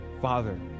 father